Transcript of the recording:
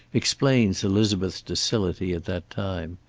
explains elizabeth's docility at that time.